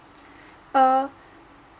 err